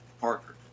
Parker